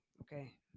Okay